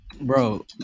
Bro